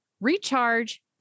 recharge